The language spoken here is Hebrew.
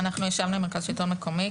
אנחנו ישבנו עם מרכז השלטון המקומי,